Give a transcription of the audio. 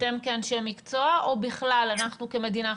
אתם כאנשי מקצוע או בכלל אנחנו כמדינה?